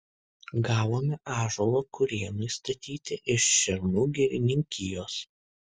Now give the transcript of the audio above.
gavome ąžuolo kurėnui statyti iš šernų girininkijos